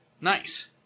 Nice